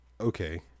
okay